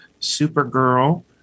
Supergirl